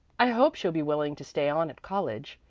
i hope she'll be willing to stay on at college.